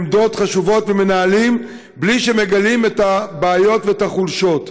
לעמדות חשובות בלי שמגלים את הבעיות ואת החולשות.